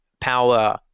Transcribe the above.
power